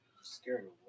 Scared